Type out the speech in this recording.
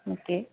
okay